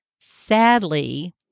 Sadly